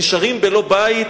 נשארים בלא בית,